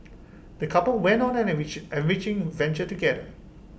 the couple went on an enrich enriching adventure together